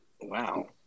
wow